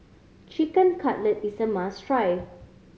Chicken Cutlet is a must try